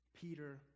Peter